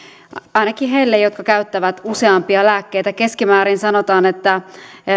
ainakin heille jotka käyttävät useampia lääkkeitä sanotaan että